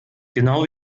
genau